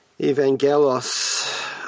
Evangelos